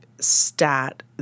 stat